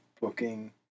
booking